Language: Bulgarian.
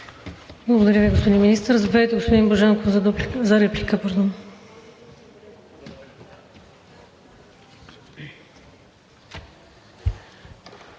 Благодаря Ви, господин Министър. Заповядайте, господин Божанков, за реплика.